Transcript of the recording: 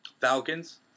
Falcons